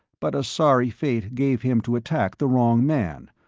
but a sorry fate gave him to attack the wrong man,